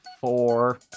Four